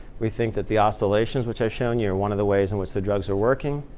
we think that the oscillations which i've shown you are one of the ways in which the drugs are working.